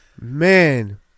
Man